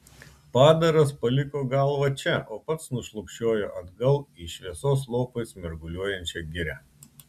padaras paliko galvą čia o pats nušlubčiojo atgal į šviesos lopais mirguliuojančią girią